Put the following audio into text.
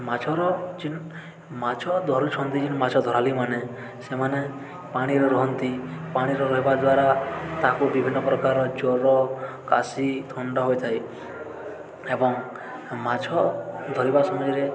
ମାଛର ଯେନ୍ ମାଛ ଧରୁଛନ୍ତି ଯେନ୍ ମାଛ ଧରାଲିମାନେ ସେମାନେ ପାଣିରେ ରହନ୍ତି ପାଣିରେ ରହିବା ଦ୍ୱାରା ତାକୁ ବିଭିନ୍ନ ପ୍ରକାର ଜ୍ଵର କାଶି ଥଣ୍ଡା ହୋଇଥାଏ ଏବଂ ମାଛ ଧରିବା ସମୟରେ